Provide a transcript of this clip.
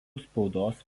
spaudos